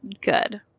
Good